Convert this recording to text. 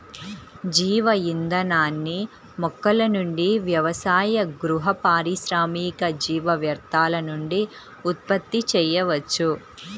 జీవ ఇంధనాన్ని మొక్కల నుండి వ్యవసాయ, గృహ, పారిశ్రామిక జీవ వ్యర్థాల నుండి ఉత్పత్తి చేయవచ్చు